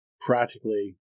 practically